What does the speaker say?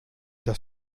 das